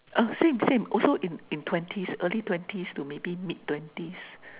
uh same same also in in twenties early twenties to maybe mid twenties